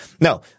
No